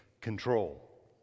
control